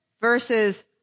versus